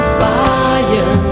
fire